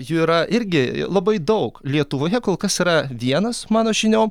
jų yra irgi labai daug lietuvoje kol kas yra vienas mano žiniom